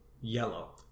Yellow